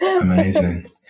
amazing